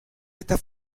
estas